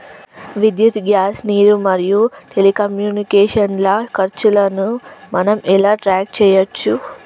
విద్యుత్ గ్యాస్ నీరు మరియు టెలికమ్యూనికేషన్ల ఖర్చులను మనం ఎలా ట్రాక్ చేయచ్చు?